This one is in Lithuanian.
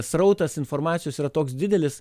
srautas informacijos yra toks didelis